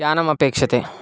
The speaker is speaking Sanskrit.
यानम् अपेक्षते